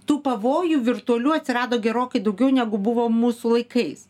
tų pavojų virtualių atsirado gerokai daugiau negu buvo mūsų laikais